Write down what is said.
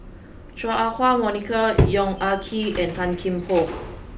Chua Ah Huwa Monica Yong Ah Kee and Tan Kian Por